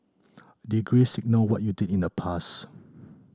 degrees signal what you did in the past